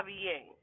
bien